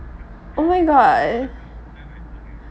oh my god